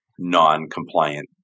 non-compliant